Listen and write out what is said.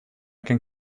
can